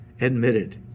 admitted